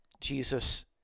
Jesus